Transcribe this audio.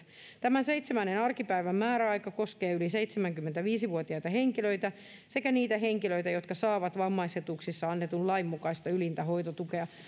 tämä seitsemännen arkipäivän määräaika koskee yli seitsemänkymmentäviisi vuotiaita henkilöitä sekä niitä henkilöitä jotka saavat vammaisetuuksista annetun lain mukaista ylintä hoitotukea